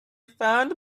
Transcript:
found